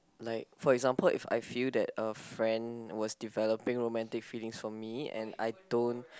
like for example if I feel that a friend was developing romantic feelings for me and I don't